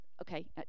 okay